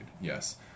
yes